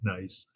Nice